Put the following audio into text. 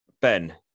Ben